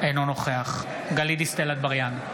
אינו נוכח גלית דיסטל אטבריאן,